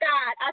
God